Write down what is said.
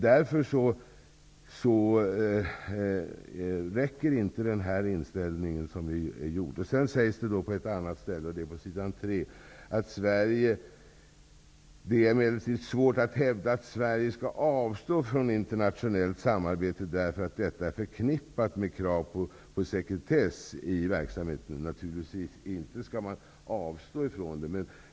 Därför räcker inte det uttalande som gjorts. På ett annat ställe i svaret, på s.3, sägs: ''Det är emellertid svårt att hävda att Sverige skall avstå från internationellt samarbete därför att detta är förknippat med krav på sekretess i verksamheten.'' Naturligtvis skall man inte avstå från det.